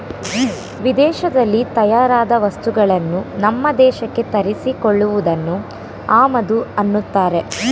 ವಿದೇಶದಲ್ಲಿ ತಯಾರಾದ ವಸ್ತುಗಳನ್ನು ನಮ್ಮ ದೇಶಕ್ಕೆ ತರಿಸಿ ಕೊಳ್ಳುವುದನ್ನು ಆಮದು ಅನ್ನತ್ತಾರೆ